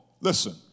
listen